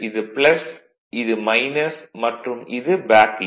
இது இது மற்றும் இது பேக் ஈ